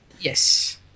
Yes